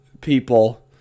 people